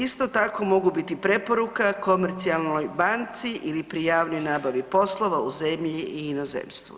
Isto tako mogu biti preporuka komercijalnoj banci ili prijavljen nabavi poslova u zemlji i inozemstvu.